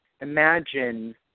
imagine